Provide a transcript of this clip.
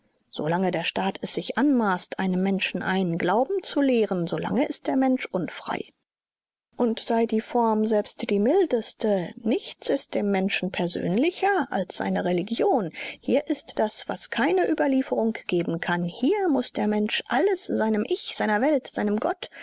lange der staat es sich anmaßt einem menschen einen glauben zu lehren so lange ist der mensch unfrei und sei die form selbst die mildeste nichts ist dem menschen persönlicher als seine religion hier ist das was keine überlieferung geben kann hier muß der mensch alles seinem ich seiner welt seinem gott